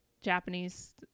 Japanese